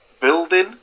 building